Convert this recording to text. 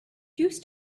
used